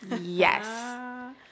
Yes